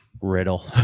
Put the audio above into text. riddle